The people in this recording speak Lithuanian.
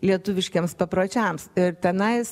lietuviškiems papročiams ir tenais